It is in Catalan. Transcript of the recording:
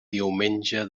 diumenge